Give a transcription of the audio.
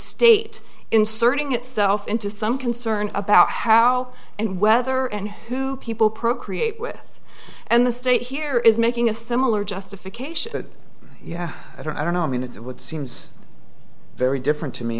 state inserting itself into some concern about how and whether and who people procreate with and the state here is making a similar justification yeah i don't know i mean it would seems very different to me